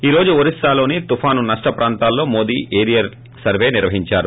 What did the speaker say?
ఈ రోజు ఒరిస్పాలోని తుపాను నష్ష ప్రాంతాల్లో మోదీ ఏరియల్ సర్వే నిర్వహించారు